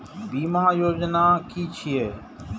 बीमा योजना कि छिऐ?